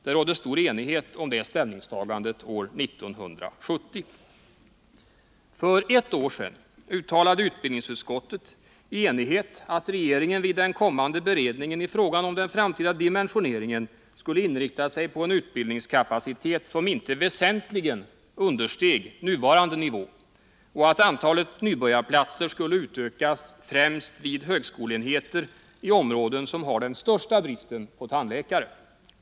Det rådde stor enighet om det ställningstagandet år 1970. För ett år sedan uttalade utbildningsutskottet i enighet att regeringen vid den kommande beredningen av frågan om den framtida dimensioneringen skulle inrikta sig på en utbildningskapacitet som inte väsentligen understeg dåvarande nivå och att antalet nybörjarplatser skulle utökas främst vid högskoleenheter i områden som har den största bristen på tandläkare.